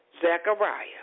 Zechariah